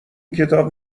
کتاب